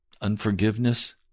unforgiveness